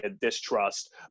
distrust